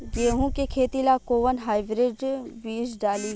गेहूं के खेती ला कोवन हाइब्रिड बीज डाली?